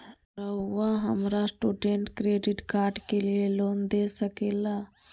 रहुआ हमरा student credit card के लिए लोन दे सके ला?